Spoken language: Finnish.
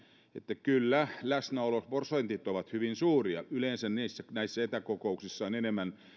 että kyllä läsnäoloprosentit ovat hyvin suuria yleensä etäkokouksissa on enemmän